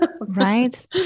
Right